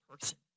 person